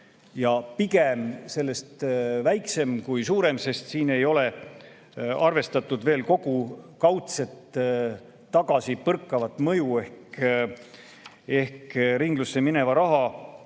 ja pigem sellest väiksem kui suurem, sest siin ei ole arvestatud veel kogu kaudset tagasi põrkavat mõju ehk ringlusse mineva raha